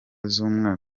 z’umwaka